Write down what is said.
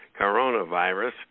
coronavirus